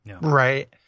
Right